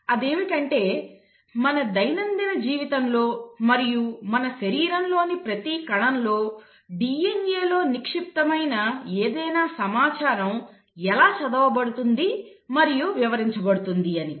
అదేమిటంటే మన దైనందిన జీవితంలో మరియు మన శరీరంలోని ప్రతి కణంలో DNAలో నిక్షిప్తమైన ఏదైనా సమాచారం ఎలా చదవబడుతుంది మరియు వివరించబడుతుంది అని